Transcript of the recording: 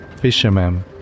Fishermen